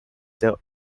the